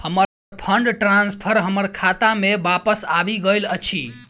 हमर fund transfer हमर खाता मे बापस आबि गइल अछि